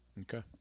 Okay